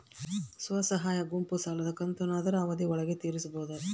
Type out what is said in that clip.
ಸ್ವಸಹಾಯ ಗುಂಪು ಸಾಲದ ಕಂತನ್ನ ಆದ್ರ ಅವಧಿ ಒಳ್ಗಡೆ ತೇರಿಸಬೋದ?